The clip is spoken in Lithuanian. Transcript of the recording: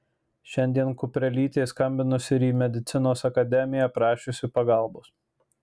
šiandien kuprelytė skambinusi ir į medicinos akademiją prašiusi pagalbos